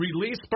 Release